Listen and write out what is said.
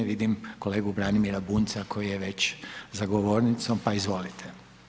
Vidim kolegu Branimira Bunjca koji je već za govornicom, pa izvolite.